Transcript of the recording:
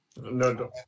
No